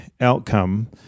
outcome